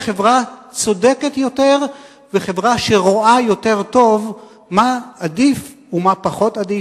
חברה צודקת יותר וחברה שרואה יותר טוב מה עדיף ומה פחות עדיף,